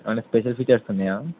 ఏమన్నా special features ఉన్నయా